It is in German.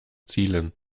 zielen